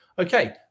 Okay